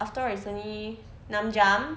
after all it's only enam jam